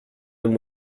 him